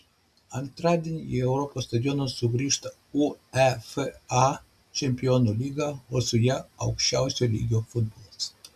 antradienį į europos stadionus sugrįžta uefa čempionų lyga o su ja aukščiausio lygio futbolas